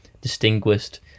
distinguished